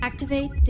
Activate